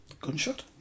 Gunshot